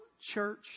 church